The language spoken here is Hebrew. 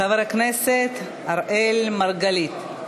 חבר הכנסת אראל מרגלית.